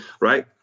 right